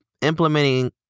implementing